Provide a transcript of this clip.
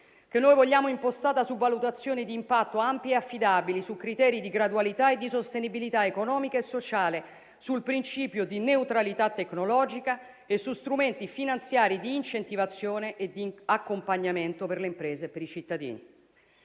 che noi vogliamo impostata su valutazioni di impatto ampie e affidabili, su criteri di gradualità e di sostenibilità economica e sociale, sul principio di neutralità tecnologica e su strumenti finanziari di incentivazione e di accompagnamento per le imprese e per i cittadini.